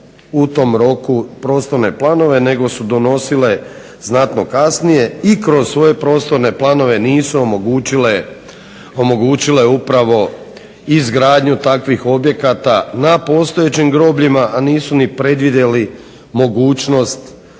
u tom roku prostorne planove nego su donosile znatno kasnije i kroz svoje prostorne planove nisu omogućile upravo izgradnju takvih objekata na postojećim grobljima, a nisu ni predvidjeli mogućnost